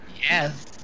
Yes